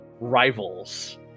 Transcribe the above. rivals